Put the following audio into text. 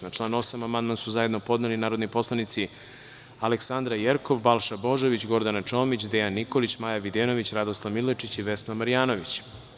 Na član 8. amandman su zajedno podneli narodni poslanici Aleksandra Jerkov, Balša Božović, Gordana Čomić, Dejan Nikolić, Maja Videnović, Radoslav Milojičić, Vesna Marjanović.